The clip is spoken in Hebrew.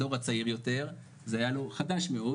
הדור הצעיר יותר זה היה לו חדש מאוד,